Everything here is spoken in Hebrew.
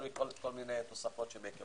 יש כל מיני תוספות.